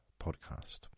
Podcast